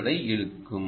ஐ இழுக்கும்